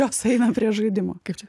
jos eina prie žaidimų kaip čia